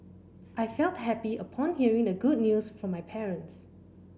I felt happy upon hearing the good news from my parents